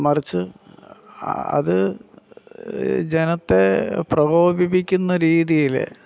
മറിച്ച് അത് ജനത്തെ പ്രകോപിപ്പിക്കുന്ന രീതിയിൽ